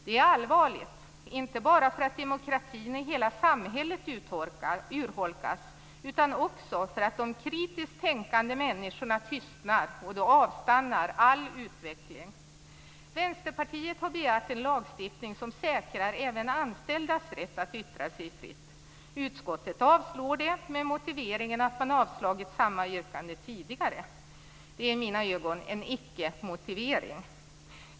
Det är allvarligt, inte bara därför att demokratin i hela samhället urholkas utan också därför att de kritiskt tänkande människorna tystnar. Då avstannar också all utveckling. Vänsterpartiet har begärt en lagstiftning som säkrar även anställdas rätt att yttra sig fritt. Utskottet avstyrker det med motiveringen att man har avstyrkt samma yrkande tidigare. Det är i mina ögon en ickemotivering.